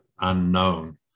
unknown